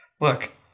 look